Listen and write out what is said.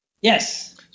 Yes